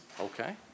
Okay